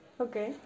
Okay